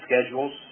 schedules